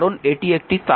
কারণ এটি একটি তার